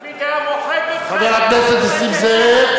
לפיד היה מוחק אתכם, חבר הכנסת נסים זאב,